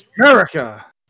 America